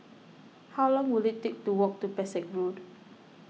how long will it take to walk to Pesek Road